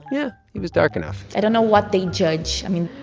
yeah, he was dark enough i don't know what they judge. i mean,